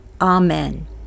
Amen